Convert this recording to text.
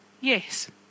Yes